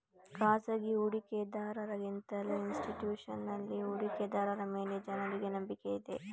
ಖಾಸಗಿ ಹೂಡಿಕೆದಾರರ ಗಿಂತಲೂ ಇನ್ಸ್ತಿಟ್ಯೂಷನಲ್ ಹೂಡಿಕೆದಾರರ ಮೇಲೆ ಜನರಿಗೆ ನಂಬಿಕೆ ಇದೆ